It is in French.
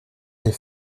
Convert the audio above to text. les